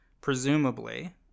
presumably